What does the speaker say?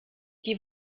die